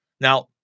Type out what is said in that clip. Now